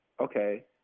okay